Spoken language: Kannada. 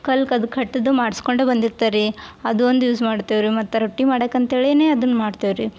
ಕಲ್ಲು ಕದು ಖಟ್ಟದು ಮಾಡ್ಸ್ಕೊಂಡೇ ಬಂದಿರ್ತಾರ್ ರೀ ಅದೊಂದು ಯೂಸ್ ಮಾಡ್ತೇವೆ ರೀ ಮತ್ತು ರೊಟ್ಟಿ ಮಾಡಕ್ಕೆ ಅಂತ್ಹೇಳಿಯೇ ಅದನ್ನು ಮಾಡ್ತೇವೆ ರೀ